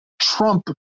Trump